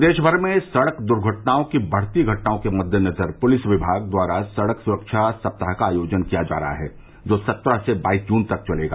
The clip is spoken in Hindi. प्रदेश भर में सड़क दुर्घटनाओं की बढ़ती घटनाओं के मद्देनजुर पुलिस विभाग द्वारा सड़क सुरक्षा सप्ताह का आयोजन किया जा रहा है जो सत्रह से बाइस जून तक चलेगा